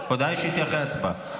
הודעה אישית היא אחרי הצבעה.